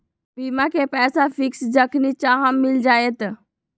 बीमा के पैसा फिक्स जखनि चाहम मिल जाएत?